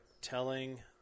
telling